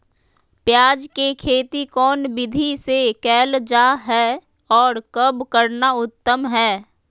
प्याज के खेती कौन विधि से कैल जा है, और कब करना उत्तम है?